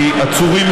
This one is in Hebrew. כי עצורים,